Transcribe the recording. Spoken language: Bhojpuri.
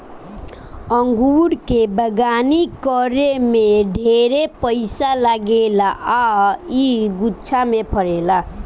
अंगूर के बगानी करे में ढेरे पइसा लागेला आ इ गुच्छा में फरेला